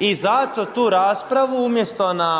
i zato tu raspravu umjesto na,